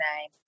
name